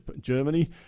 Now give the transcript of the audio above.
Germany